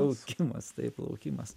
laukimas taip laukimas